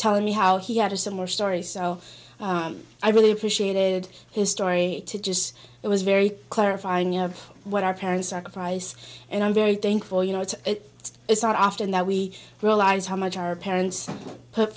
telling me how he had a similar story so i really appreciated his story to just it was very clarifying of what our parents are cries and i'm very thankful you know it's it's it's not often that we realize how much our parents put